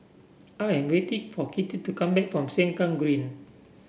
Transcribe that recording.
I am waiting for Kitty to come back from Sengkang Green